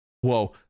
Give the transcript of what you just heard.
Whoa